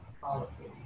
policy